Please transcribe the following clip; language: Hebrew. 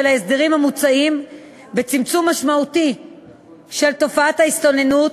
ההסדרים המוצעים בצמצום משמעותי של תופעת ההסתננות